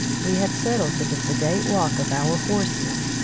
we had settled to the sedate walk of our horses,